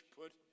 put